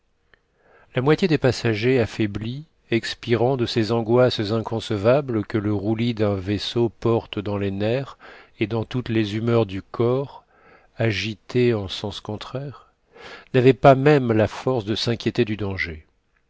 la moitié des passagers affaiblis expirants de ces angoisses inconcevables que le roulis d'un vaisseau porte dans les nerfs et dans toutes les humeurs du corps agitées en sens contraires n'avait pas même la force de s'inquiéter du danger